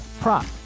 prop